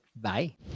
Bye